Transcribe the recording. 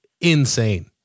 insane